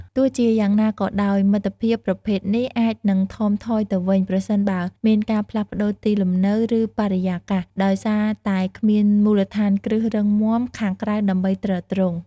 ទោះជាយ៉ាងណាក៏ដោយ មិត្តភាពប្រភេទនេះអាចនឹងថមថយទៅវិញ ប្រសិនបើមានការផ្លាស់ប្តូរទីលំនៅ ឬបរិយាកាស ដោយសារតែគ្មានមូលដ្ឋានគ្រឹះរឹងមាំខាងក្រៅដើម្បីទ្រទ្រង់។